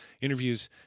interviews